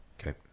okay